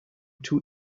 too